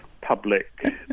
public